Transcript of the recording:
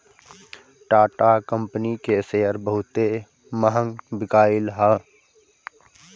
Tata company के शेयर बहुते महंग बिकाईल हअ